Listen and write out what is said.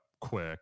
quick